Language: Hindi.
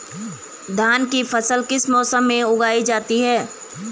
धान की फसल किस मौसम में उगाई जाती है?